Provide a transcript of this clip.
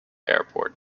airport